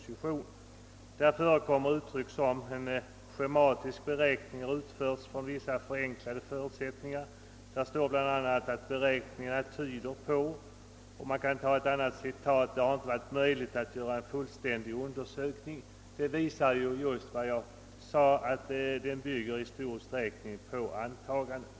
Där förekommer meningar som denna: »En schematisk beräkning har utförts från vissa förenklade förutsättningar.» Där står också »beräkningarna tyder enligt utredningen på» etc. Ett annat citat lyder: »Det har emellertid inte varit möjligt att göra en fullständig undersökning ———.» Detta visar som jag nyss sade att utredningen i stor utsträckning bygger på antaganden.